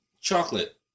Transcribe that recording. chocolate